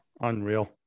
Unreal